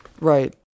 Right